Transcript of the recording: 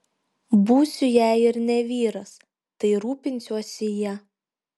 būsiu jei ir ne vyras tai rūpinsiuosi ja